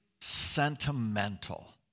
sentimental